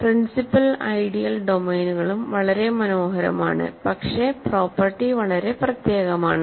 principal ideal ഡൊമെയ്നുകളും വളരെ മനോഹരമാണ് പക്ഷേ പ്രോപ്പർട്ടി വളരെ പ്രത്യേകമാണ്